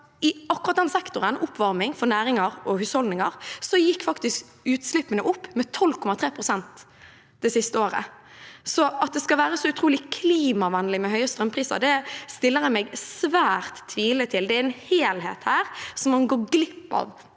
den sektoren, oppvarming for næringer og husholdninger, gikk faktisk utslippene opp med 12,3 pst. det siste året, så at det skal være så utrolig klimavennlig med høye strømpriser, stiller jeg meg svært tvilende til. Det er en helhet her som man går glipp av